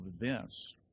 events